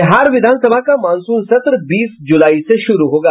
बिहार विधान सभा का मॉनसून सत्र बीस जुलाई से शुरू होगा